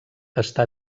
està